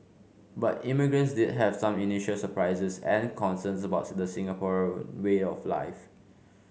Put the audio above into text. but immigrants did have some initial surprises and concerns about the Singaporean way of life